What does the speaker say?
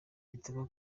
kitoko